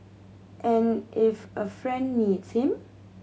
and if a friend needs him